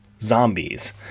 zombies